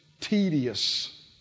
tedious